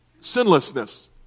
sinlessness